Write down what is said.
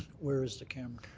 where is the camera?